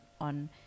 on